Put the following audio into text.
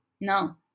No